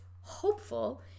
hopeful